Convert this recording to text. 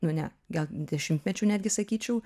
nu ne gal dešimtmečių netgi sakyčiau